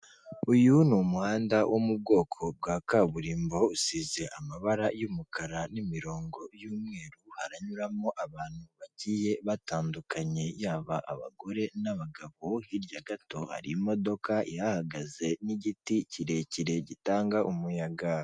Uyu ni umuhanda wo mu bwoko bwa kaburimbo, usize amabara y'umukara n'imirongo y'umweru, haranyuramo abantu bagiye batandukanye yaba abagore n'abagabo, hirya gato hari imodoka ihahagaze n'igiti kirekire gitanga umuyaga.